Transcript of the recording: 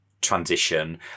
transition